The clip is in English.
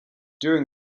during